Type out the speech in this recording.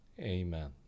amen